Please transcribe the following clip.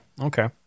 okay